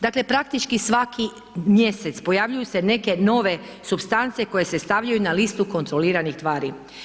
Dakle praktički svaki mjesec pojavljuje se neke nove supstance koje se stavljaju na listu kontroliranih tvari.